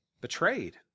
betrayed